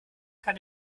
kann